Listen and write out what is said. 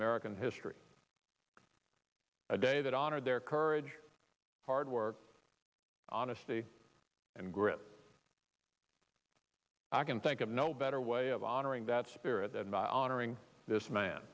american history a day that honored their courage hard work honesty and grit i can think of no better way of honoring that spirit than by honoring this man